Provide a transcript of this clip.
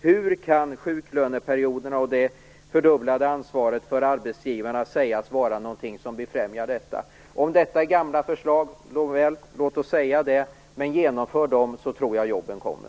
Hur kan sjuklöneperioderna och det fördubblade ansvaret för arbetsgivarna sägas vara någonting som främjar detta? Om detta är gamla förslag: Nåväl, låt oss säga det, men genomför dem, så tror jag att jobben kommer.